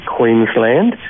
Queensland